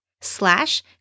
slash